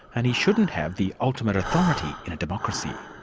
and he shouldn't have the ultimate authority in a democracy.